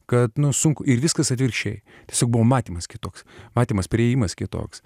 kad nu sunku ir viskas atvirkščiai su buvo matymas kitoks matymas priėjimas kitoks